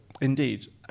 Indeed